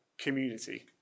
community